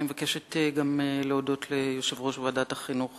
אני מבקשת להודות ליושב-ראש ועדת החינוך,